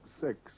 six